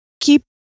keep